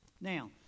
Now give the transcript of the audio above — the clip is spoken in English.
Now